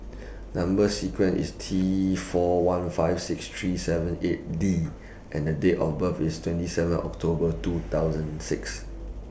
Number sequence IS T four one five six three seven eight D and Date of birth IS twenty seven October two thousand six